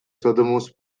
southernmost